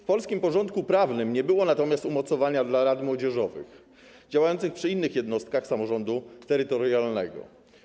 W polskim porządku prawnym nie było natomiast umocowania dla rad młodzieżowych działających przy innych jednostkach samorządu terytorialnego.